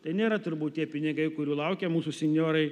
tai nėra turbūt tie pinigai kurių laukia mūsų sinjorai